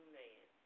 man